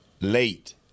late